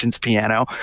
piano